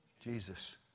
Jesus